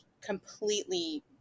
completely